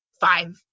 five